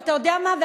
ואתה יודע מה?